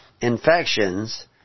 infections